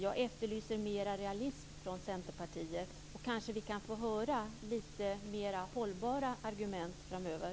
Jag efterlyser mera av realism från Centerpartiet. Kanske kan vi få höra lite mera hållbara argument framöver.